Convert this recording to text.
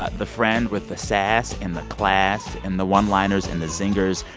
ah the friend with the sass and the class and the one-liners and the zingers.